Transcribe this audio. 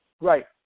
Right